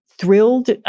thrilled